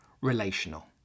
relational